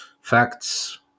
facts